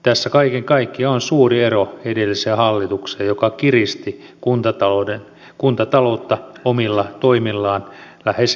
tässä kaiken kaikkiaan on suuri ero edelliseen hallitukseen joka kiristi kuntataloutta omilla toimillaan lähes kriisitilaan